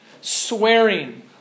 swearing